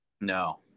No